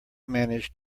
managed